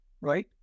right